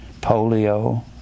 polio